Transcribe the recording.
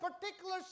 particular